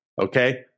okay